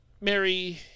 Mary